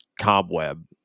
Cobweb